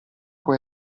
può